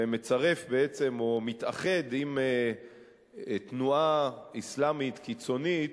ומצרף בעצם, או מתאחד עם תנועה אסלאמית קיצונית,